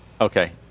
Okay